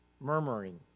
murmuring